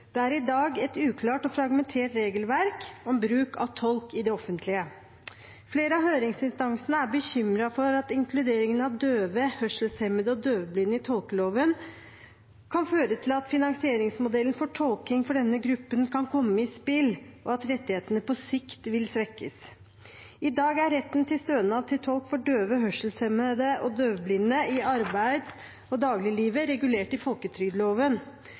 Det er i dag et uklart og fragmentert regelverk om bruk av tolk i det offentlige. Flere av høringsinstansene er bekymret for at inkluderingen av døve, hørselshemmede og døvblinde i tolkeloven kan føre til at finansieringsmodellen for tolking for denne gruppen kan komme i spill, og at rettighetene på sikt vil svekkes. I dag er retten til stønad til tolk for døve, hørselshemmede og døvblinde i arbeids- og dagliglivet regulert i folketrygdloven,